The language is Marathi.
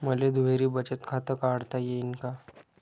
मले दुहेरी बचत खातं काढता येईन का?